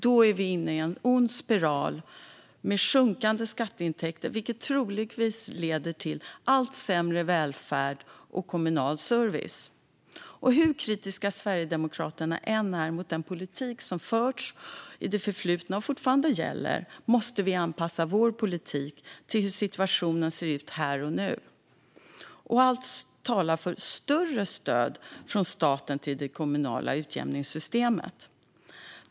Då är vi inne i en ond spiral med sjunkande skatteintäkter, vilket troligen leder till allt sämre välfärd och kommunal service. Hur kritiska vi sverigedemokrater än är mot den politik som förts i det förflutna och fortfarande gäller måste vi anpassa vår politik till hur situationen ser ut här och nu, och allt talar for större stöd från staten till det kommunala utjämningssystemet.